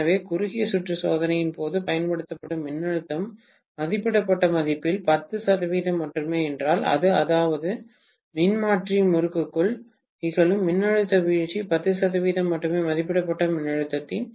எனவே குறுகிய சுற்று சோதனையின் போது பயன்படுத்தப்படும் மின்னழுத்தம் மதிப்பிடப்பட்ட மதிப்பில் 10 சதவீதம் மட்டுமே என்றால் அது அதாவது மின்மாற்றி முறுக்குக்குள் நிகழும் மின்னழுத்த வீழ்ச்சி 10 சதவீதம் மட்டுமே மதிப்பிடப்பட்ட மின்னழுத்தத்தின்